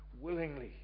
willingly